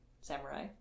samurai